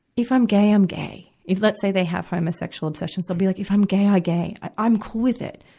if i'm gay, i'm gay. if, let's say they have homosexual obsessions, they'll be like, if i'm gay, i'm ah gay. i'm cool with it.